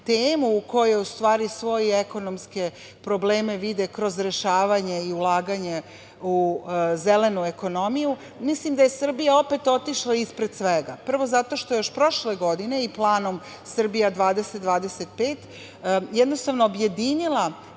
temu, koje u stvari svoje ekonomske probleme vide kroz rešavanje i ulaganje u zelenu ekonomiju, mislim da je Srbija otišla opet ispred svega. Prvo, zato što je još prošle godine i Planom Srbija 2025 jednostavno objedinila